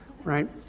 right